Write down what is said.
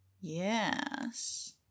Yes